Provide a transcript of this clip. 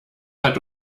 hat